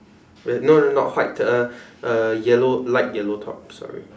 red no no no not white uh uh yellow light yellow top sorry